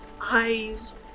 eyes